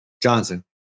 Johnson